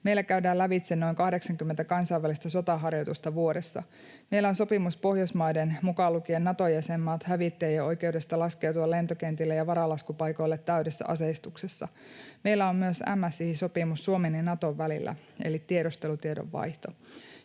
Meillä käydään lävitse noin 80 kansainvälistä sotaharjoitusta vuodessa. Meillä on sopimus Pohjoismaiden, mukaan lukien Nato-jäsenmaat, hävittäjien oikeudesta laskeutua lentokentille ja varalaskupaikoille täydessä aseistuksessa. Meillä on myös MSI-sopimus Suomen ja Naton välillä eli tiedustelutiedon vaihto.